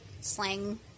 slang